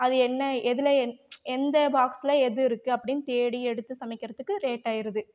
அது என்ன எதில் எந்த பாக்ஸில் எது இருக்கு அப்படின்னு தேடி எடுத்து சமைக்கிறத்துக்கு லேட் ஆயிடுது